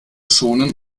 schonen